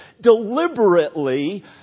deliberately